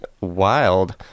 wild